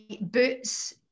Boots